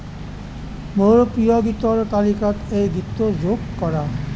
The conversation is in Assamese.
মোৰ প্ৰিয় গীতৰ তালিকাত এই গীতটো যোগ কৰা